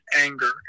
anger